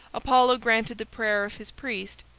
apollo granted the prayer of his priest,